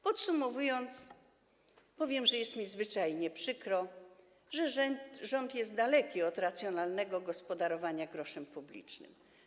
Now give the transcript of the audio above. Podsumowując, powiem, że jest mi zwyczajnie przykro, że rząd jest daleki od racjonalnego gospodarowania groszem publicznym.